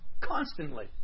Constantly